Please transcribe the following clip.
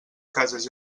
cases